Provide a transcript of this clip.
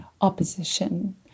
opposition